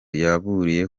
yaburiye